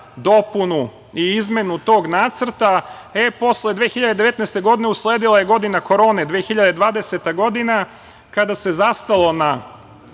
dopunu i izmenu tog nacrta, a posle 2019. godine usledila je godina korone, 2020. godina, kada se zastalo sa